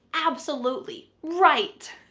absolutely. right.